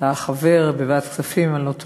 אתה חבר בוועדת הכספים, אם אני לא טועה,